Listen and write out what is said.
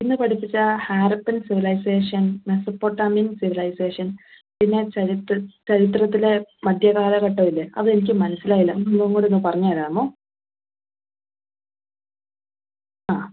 ഇന്ന് പഠിപ്പിച്ച ആ ഹാരപ്പൻ സിവിലൈസേഷൻ മെസൊപ്പൊട്ടാമിയം സിവിലൈസേഷൻ പിന്നെ ചരിത്രം ചരിത്രത്തിലെ മധ്യ കാലഘട്ടവില്ലെ അതെനിക്ക് മനസ്സിലായില്ല ഒന്നും കൂടൊന്ന് പറഞ്ഞു തരാമോ ആ